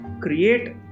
create